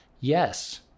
Yes